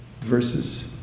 verses